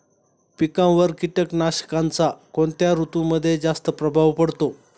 पिकांवर कीटकनाशकांचा कोणत्या ऋतूमध्ये जास्त प्रभाव पडतो?